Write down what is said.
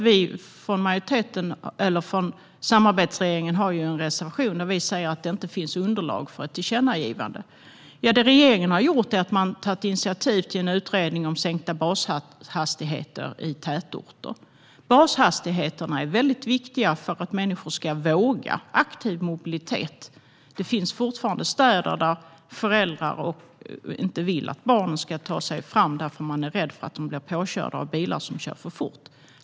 Vi har från samarbetsregeringens sida en reservation där vi säger att det inte finns underlag för ett tillkännagivande. Det regeringen har gjort är att ta initiativ till en utredning om sänkta bashastigheter i tätorter. Bashastigheterna är viktiga för att människor ska våga gå över till aktiv mobilitet. Det finns fortfarande städer där föräldrar inte vill att barnen ska ta sig fram därför att de är rädda att barnen ska bli påkörda av bilister som kör för fort.